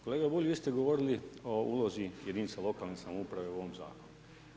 Kolega Bulj vi ste govorili o ulozi jedinica lokalne samouprave u ovom zakonu.